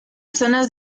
zonas